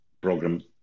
program